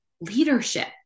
leadership